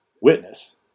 witness